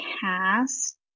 cast